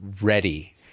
ready